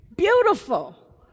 Beautiful